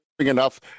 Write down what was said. enough